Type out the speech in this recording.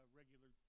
regular